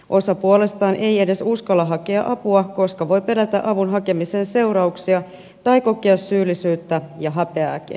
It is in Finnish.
osa puolestaan ei edes uskalla hakea apua koska voi pelätä avun hakemisen seurauksia tai kokea syyllisyyttä ja häpeääkin